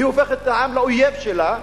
היא הופכת את העם לאויב שלה,